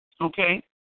okay